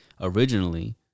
Originally